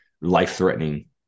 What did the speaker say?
life-threatening